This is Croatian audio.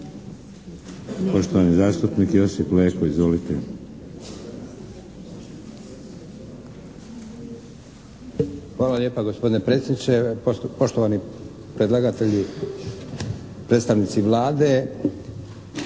Poštovani zastupnik Josip Leko. Izvolite. **Leko, Josip (SDP)** Hvala lijepa, gospodine predsjedniče. Poštovani predlagatelji, predstavnici Vlade.